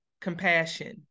compassion